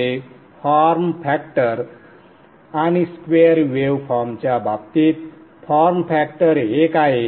x form factor आणि square wave फॉर्मच्या बाबतीत फॉर्म फॅक्टर एक आहे